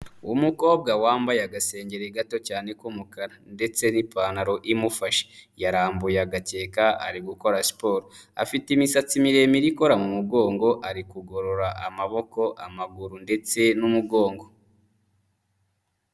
Umukobwa wambaye agasengeri gato cyane k'umukara ndetse n'ipantaro imufashe yarambuye agakeka ari gukora siporo, afite imisatsi miremire ikora mu mugongo ari kugorora amaboko, amaguru ndetse n'umugongo.